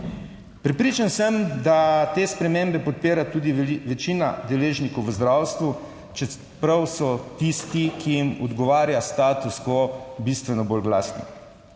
Prepričan sem, da te spremembe podpira tudi večina deležnikov v zdravstvu, čeprav so tisti, ki jim odgovarja status quo, bistveno bolj glasni.